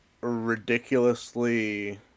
ridiculously